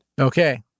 Okay